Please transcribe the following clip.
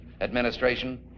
administration